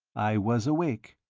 i was awake.